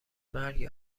مرگ